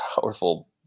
powerful